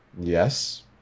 Yes